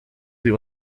sie